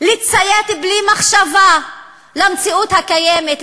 לציית בלי מחשבה למציאות הקיימת,